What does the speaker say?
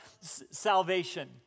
salvation